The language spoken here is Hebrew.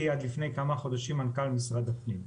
עד לפני כמה חודשים מנכ"ל משרד הפנים.